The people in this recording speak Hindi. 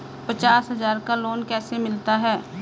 पचास हज़ार का लोन कैसे मिलता है?